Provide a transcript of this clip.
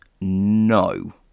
no